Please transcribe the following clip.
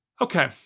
Okay